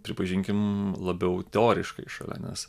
pripažinkim labiau teoriškai šalia nes